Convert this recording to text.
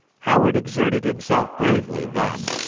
howard exerted himself bravely then,